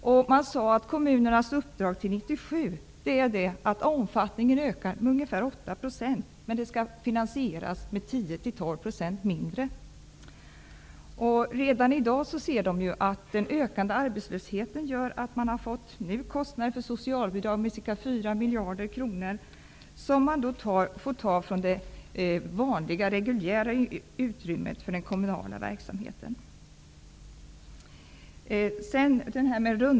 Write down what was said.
Omfattningen ökar med ungefär 8 % fram till 1997, men kommunernas uppdrag är att finansiera det med 10--12 % mindre pengar. Redan i dag ser de att den ökande arbetslösheten gör att de har fått kostnader för socialbidrag på ca 4 miljarder kronor. Dessa pengar får de ta från det vanliga reguljära utrymmet för den kommunala verksamheten.